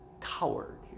coward